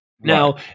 Now